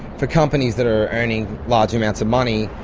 for companies that are earning large amounts of money,